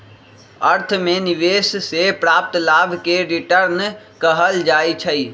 अर्थ में निवेश से प्राप्त लाभ के रिटर्न कहल जाइ छइ